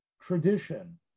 tradition